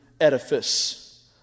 edifice